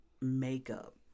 makeup